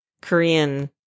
Korean